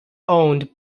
owned